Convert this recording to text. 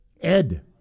Ed